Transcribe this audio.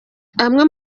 amwe